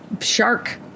shark